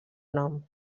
nom